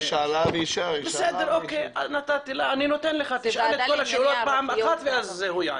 היא שאלה והיא שאלה --- זו ועדה לענייני ערביות --- מצוינת.